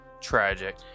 Tragic